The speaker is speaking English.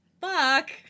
Fuck